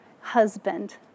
husband